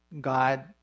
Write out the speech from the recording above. God